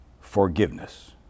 Forgiveness